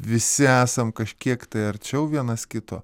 visi esam kažkiek tai arčiau vienas kito